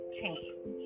change